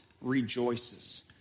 rejoices